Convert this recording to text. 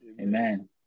Amen